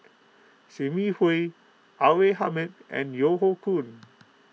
Sim Yi Hui R A Hamid and Yeo Hoe Koon